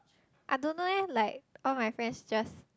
I don't know leh like all my friends just